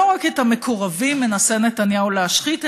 לא רק את המקורבים מנסה נתניהו להשחית,